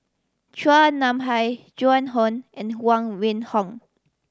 Chua Nam Hai Joan Hon and Huang Wenhong